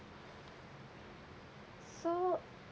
so